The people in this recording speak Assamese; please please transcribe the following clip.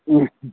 ও